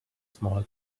small